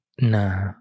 Nah